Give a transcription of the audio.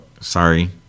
sorry